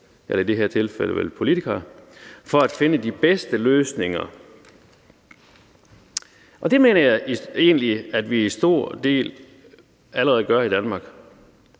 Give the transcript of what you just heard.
er det vel politikere – for at finde de bedste løsninger. Det mener jeg egentlig at vi i høj grad allerede har i Danmark,